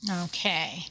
okay